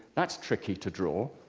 that's tricky to draw.